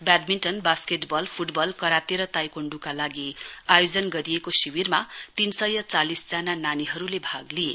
badminton basketball football karate र ताइकोण्डूका लागि आयोजन गरिएको शिविरमा तीनशय चालिसजना नानीहरुले भाग लिए